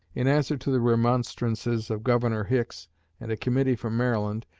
in answer to the remonstrances of governor hicks and a committee from maryland,